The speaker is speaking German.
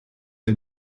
der